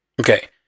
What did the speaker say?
okay